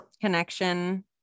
connection